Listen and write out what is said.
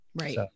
Right